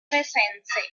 presenze